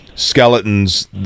skeletons